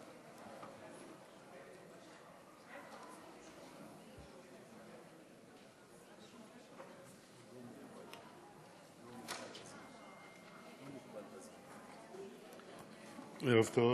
ערב טוב,